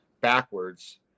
backwards